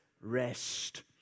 rest